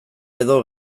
edo